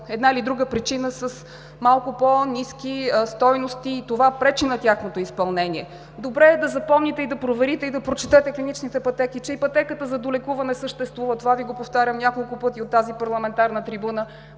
една или друга причина с малко по-ниски стойности и това пречи на тяхното изпълнение. Добре е да запомните, да проверите и да прочетете клиничните пътеки, че и пътеката за долекуване съществува – това Ви го повтарям няколко пъти от парламентарната трибуна.